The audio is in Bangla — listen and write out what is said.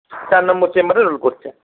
চার নম্বর চেম্বারে রোল করছে